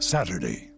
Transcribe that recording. Saturday